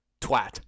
twat